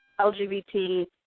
LGBT